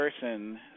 person